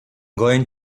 going